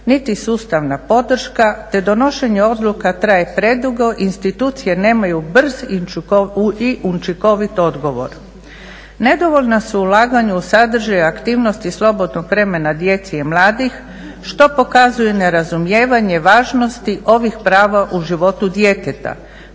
niti sustavna podrška, te donošenje odluka traje predugo, institucije nemaju brz i učinkovit odgovor. Nedovoljna su ulaganja u sadržaj i aktivnosti slobodnog vremena djece i mladih što pokazuje nerazumijevanje važnosti ovih prava u životu djeteta